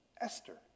Esther